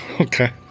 Okay